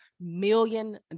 million